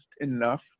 enough